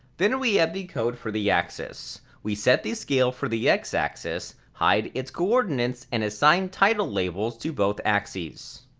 then we add the code for the axis we set the scale for the x-axis, hide its cooridnates and assign title labels to both axes.